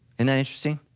and that interesting?